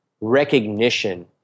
recognition